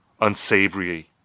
unsavory